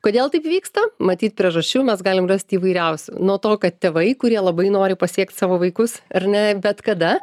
kodėl taip vyksta matyt priežasčių mes galim rasti įvairiausių nuo to kad tėvai kurie labai nori pasiekt savo vaikus ar ne bet kada